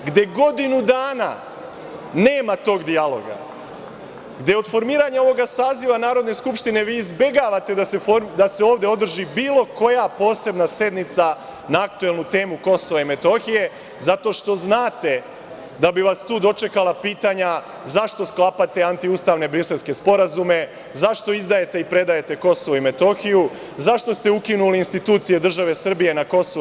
Godinu dana nema tog dijaloga, od formiranja ovog saziva Narodne skupštine izbegavate da se ovde održi bilo koja posebna sednica na aktuelnu temu KiM, zato što znate da bi vas tu dočekala pitanja zašto sklapate antiustavne briselske sporazume, zašto izdajete i predajete KiM, zašto ste ukinuli institucije države Srbije na KiM?